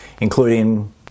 including